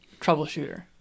Troubleshooter